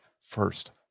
first